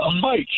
Mike